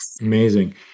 Amazing